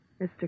Mr